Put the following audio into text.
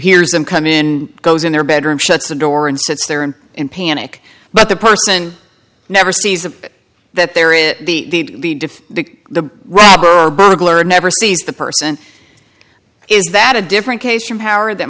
hears them come in goes in their bedroom shuts the door and sits there and in panic but the person never sees them that there is the the diff the the robber burglar never sees the person is that a different case from power that